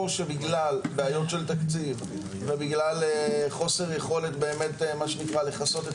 או שבגלל בעיות של תקציב ובגלל חוסר יכולת באמת מה שנקרא לכסות את